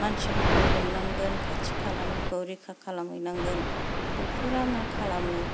मानसिफोरखौ लेंनांगोन खाथि खालानिखौ रैखा खालामहोनांगोन डक्टर आ मा खालामो